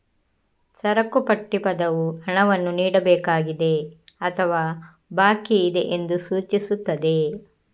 ಸರಕು ಪಟ್ಟಿ ಪದವು ಹಣವನ್ನು ನೀಡಬೇಕಾಗಿದೆ ಅಥವಾ ಬಾಕಿಯಿದೆ ಎಂದು ಸೂಚಿಸುತ್ತದೆ